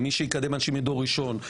למי שיקדם אנשים מדור ראשון,